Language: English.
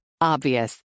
Obvious